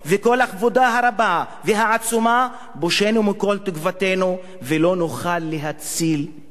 הרבה והעצומה בושנו מכל תקוותנו ולא נוכל להציל את נפשנו".